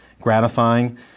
gratifying